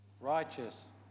Righteous